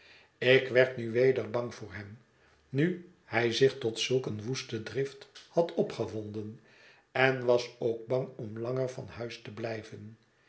ik werd nu weder bang voor hem nu hij zich tot zulk eene woeste drift had opgewonden en was ook bang om langer van huis te blijven